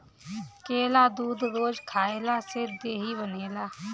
केला दूध रोज खइला से देहि बनेला